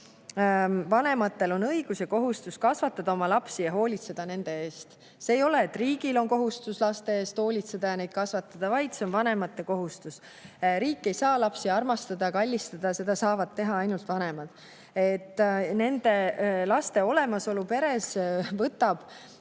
vanematel on õigus ja kohustus kasvatada oma lapsi ja hoolitseda nende eest. Ei ole nii, et riigil on kohustus laste eest hoolitseda ja neid kasvatada, vaid see on vanemate kohustus. Riik ei saa lapsi armastada, kallistada, seda saavad teha ainult vanemad. Laste olemasolu peres [nõuab]